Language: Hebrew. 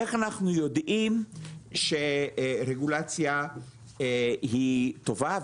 איך אנחנו יודעים שרגולציה היא טובה.